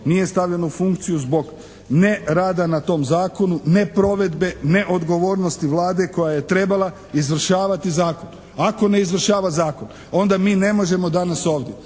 Nije stavljan u funkciju zbog nerada na tom zakonu, neprovedbe, neodgovornosti Vlade koja je trebala izvršavati Zakon. Ako ne izvršava zakon onda mi ne možemo danas ovdje